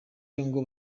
ngo